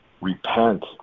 Repent